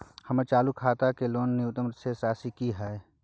हमर चालू खाता के लेल न्यूनतम शेष राशि की हय?